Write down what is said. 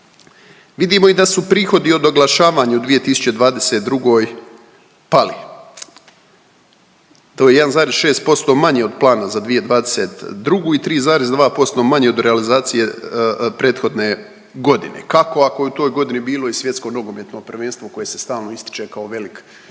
Vidimo i da su prihodi od oglašavanja u 2022. pali. To je 1,6% manje od plana za 2022. i 3,2% manje od realizacije prethodne godine. Kako, ako je u toj godini bilo i svjetsko nogometno prvenstvo koje se stalno ističe kao velik